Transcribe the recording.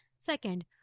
Second